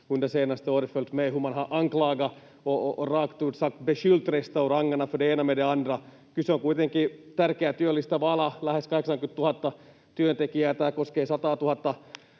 tärkeä, työllistävä ala — lähes 80 000 työntekijää, ja tämä koskee 100 000:ta